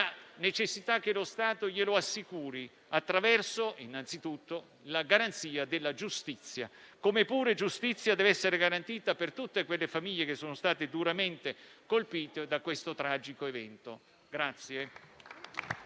necessità che lo Stato glielo assicuri attraverso innanzitutto la garanzia della giustizia. Come pure giustizia deve essere garantita per tutte quelle famiglie che sono state duramente colpite da questo tragico evento.